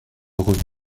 revenu